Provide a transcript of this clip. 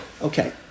Okay